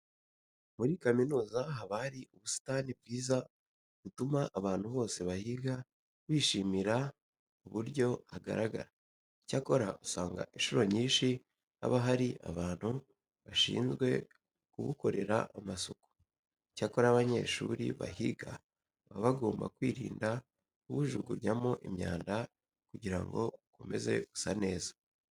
Muri kaminuza haba hari ubusitani bwiza butuma abantu bose bahiga bishimira uburyo hagaragara. Icyakora usanga incuro nyinshi haba hari abantu bashinzwe kubukorera amasuku. Icyakora abanyeshuri bahiga baba bagomba kwirinda kubujugunyamo imyanda kugira ngo bukomeze gusa neza.